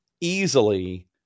easily